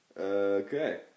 Okay